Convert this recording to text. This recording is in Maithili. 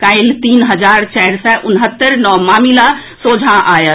काल्हि तीन हजार चार सय उनहत्तरि नव मामिला सोझा आएल